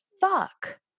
fuck